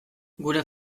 gure